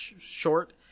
short